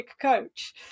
coach